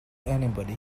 anybody